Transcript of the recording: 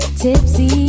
tipsy